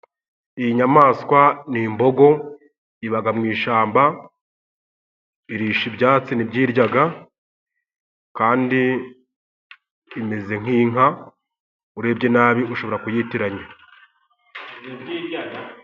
Iyi nyamaswa ni imbogo, ibaga mu ishyamba, irisha ibyatsi ntibyiryaga, kandi imeze nk'inka urebye nabi ushobora kuyitiranya.